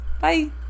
Bye